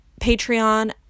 Patreon